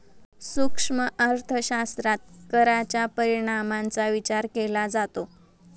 सूक्ष्म अर्थशास्त्रात कराच्या परिणामांचा विचार केला जातो